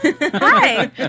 Hi